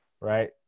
right